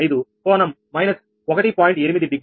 8 degree